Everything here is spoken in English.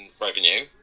revenue